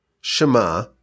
Shema